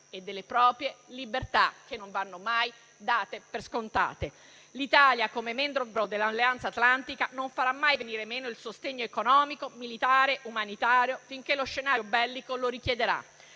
e delle proprie libertà, che non vanno mai date per scontate. L'Italia, come membro dell'Alleanza atlantica, non farà mai venire meno il sostegno economico, militare ed umanitario finché lo scenario bellico lo richiederà.